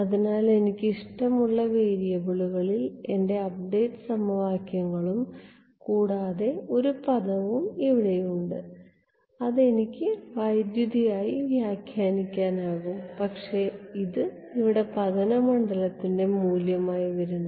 അതിനാൽ എനിക്ക് ഇഷ്ടമുള്ള വേരിയബിളുകളിൽ എന്റെ അപ്ഡേറ്റ് സമവാക്യങ്ങളും കൂടാതെ ഒരു പദവും ഇവിടെയുണ്ട് അത് എനിക്ക് വൈദ്യുതി ആയി വ്യാഖ്യാനിക്കാൻ കഴിയും പക്ഷേ ഇത് ഇവിടെ പതന മണ്ഡലത്തിൻറെ മൂല്യമായി വരുന്നു